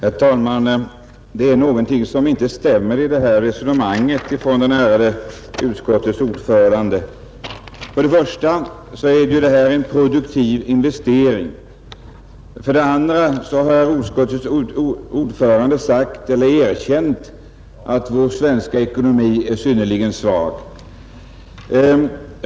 Herr talman! Det är någonting som inte stämmer i resonemanget från utskottets ärade ordförande. För det första är detta en produktiv investering. För det andra har utskottets ordförande ju erkänt att vår svenska ekonomi är synnerligen svag.